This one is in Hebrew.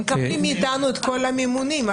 הם מקבלים מאיתנו את כל המימונים.